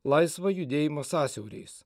laisvą judėjimą sąsiauriais